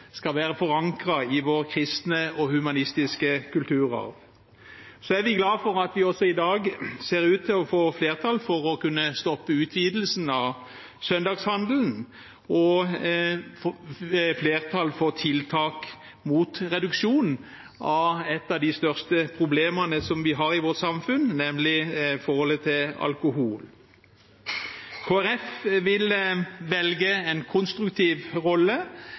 skal være forankret i vår kristne og humanistiske kulturarv. Så er vi glad for at vi i dag ser ut til å få flertall for å kunne stoppe utvidelsen av søndagshandelen, og flertall for tiltak mot reduksjon av et av de største problemene som vi har i vårt samfunn, nemlig forholdet til alkohol. Kristelig Folkeparti vil velge en konstruktiv rolle